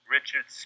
Richard